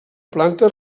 planta